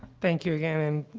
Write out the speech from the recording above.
thank you, again, and,